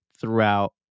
throughout